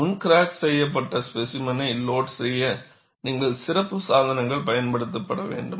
முன் கிராக் செய்யப்பட்ட ஸ்பேசிமெனை லோட் செய்ய நீங்கள் சிறப்பு சாதனங்கள் பயன்படுத்த வேண்டும்